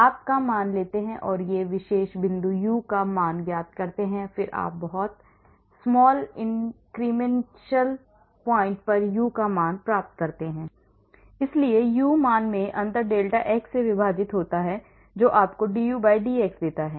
आप का मान लेते हैं एक विशेष बिंदु पर U का मान ज्ञात करते हैं और फिर आप एक बहुत small incremental point पर U का मान पाते हैं इसलिए U मान में अंतर डेल्टा x से विभाजित होता है जो आपको dU dx देता है